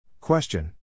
Question